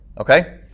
Okay